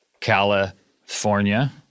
California